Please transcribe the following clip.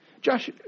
Josh